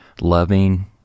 loving